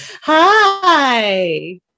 hi